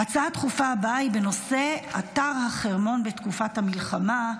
ההצעה הדחופה הבאה היא בנושא: אתר החרמון בתקופת המלחמה.